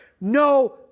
no